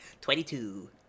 Twenty-two